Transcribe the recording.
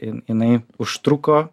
jin jinai užtruko